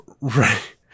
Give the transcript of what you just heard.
Right